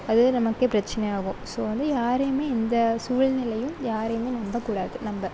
அது நமக்கே பிரச்சினையாகும் ஸோ வந்து யாரையும் எந்த சூழ்நிலையும் யாரையும் நம்பக்கூடாது நம்ப